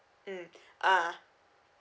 mm ah